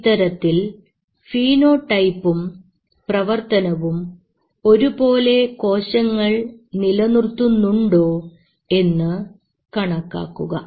ഇത്തരത്തിൽ ഫീനോടൈപ്പും പ്രവർത്തനവും ഒരുപോലെ കോശങ്ങൾ നിലനിർത്തുന്നുണ്ടോ എന്ന് കണക്കാക്കുക